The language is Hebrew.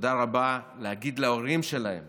תודה רבה, להגיד להורים שלהם